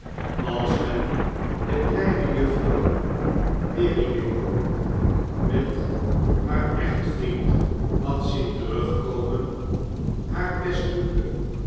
als men de kleine juffrouw peervbingle met haar edit vri end had zieu terugkomen haar best doemde